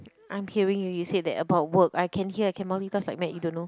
I'm hearing you you said that about work I can hear I can multitask like mad you don't know